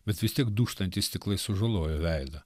bet vis tiek dūžtantys stiklai sužalojo veidą